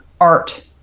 art